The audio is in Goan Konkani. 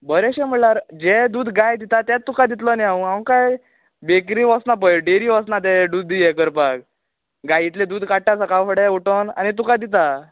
बरेंशें म्हळ्यार जें दूद गाय दिता तेत तुका दितलो न्ही हांव हांव काय डेरी वचना डेरी वचना तें दूद यें करपाक गायेतलें दूद काडटा सकाळ फुडें उठोन आनी तुका दिता